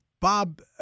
Bob